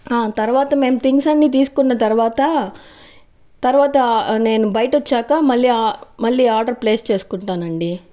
తర్వాత మేం థింగ్స్ అన్నీ తీసుకున్న తర్వాత తర్వాత నేను బయట వచ్చాక మళ్ళీ మళ్ళీ ఆర్డర్ ప్లేస్ చేసుకుంటానండి